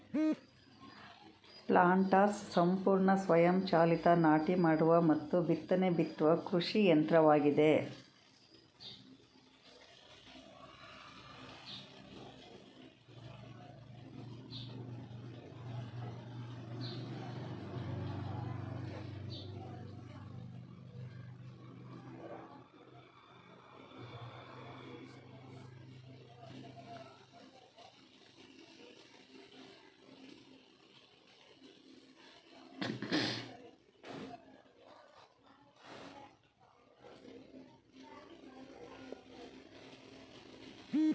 planters ಸಂಪೂರ್ಣ ಸ್ವಯಂ ಚಾಲಿತ ನಾಟಿ ಮಾಡುವ ಮತ್ತು ಬಿತ್ತನೆ ಬಿತ್ತುವ ಕೃಷಿ ಯಂತ್ರವಾಗಿದೆ